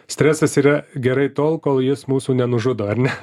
stresas yra gerai tol kol jis mūsų nenužudo ar ne